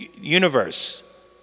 universe